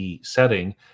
setting